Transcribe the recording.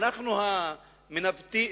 אנחנו המנווטים,